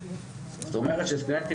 זאת אומרת שסטודנטים,